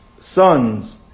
sons